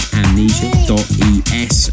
amnesia.es